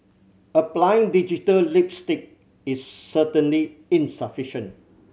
applying digital lipstick is certainly insufficient